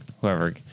Whoever